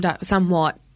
somewhat